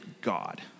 God